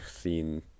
seen